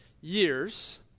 years